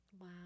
Wow